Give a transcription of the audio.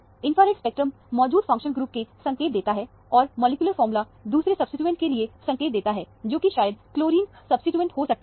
infrared spectrum मौजूद functional group के संकेत देता है और मॉलिक्यूलर फार्मूला दूसरे सब्सीट्यूएंट के लिए संकेत देता है जोकि शायद क्लोरीन सबसीक्वेंट हो सकता है